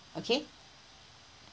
okay